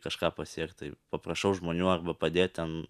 kažką pasiekt tai paprašau žmonių arba padėt ten